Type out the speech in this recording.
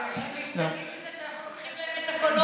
הם משתגעים מזה שאנחנו לוקחים להם את הקולות.